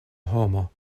homo